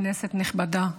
כנסת נכבדה,